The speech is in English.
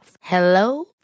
Hello